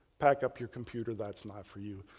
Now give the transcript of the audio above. pack up your computer, that's not for you.